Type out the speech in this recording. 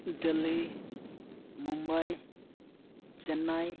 Delhi Mumbai Chennai